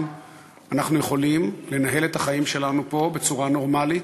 אנחנו יכולים לנהל את החיים שלנו פה בצורה נורמלית,